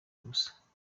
gusa